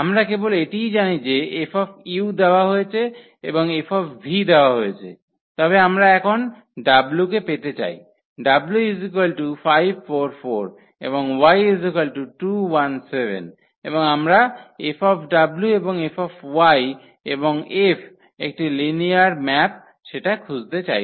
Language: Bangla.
আমরা কেবল এটিই জানি যে 𝐹 দেওয়া হয়েছে এবং 𝐹 দেওয়া হয়েছে তবে আমরা এখন কে পেতে চাই w5 4 4 এবং y2 1 7 এবং আমরা 𝐹 এবং 𝐹 এবং 𝐹 একটি লিনিয়ার ম্যাপ সেটা খুঁজতে চাই